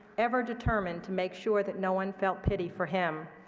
ever determined to make sure that no one felt pity for him.